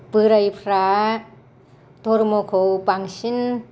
बोराइफ्रा धोरोमखौ बांसिन